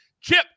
chip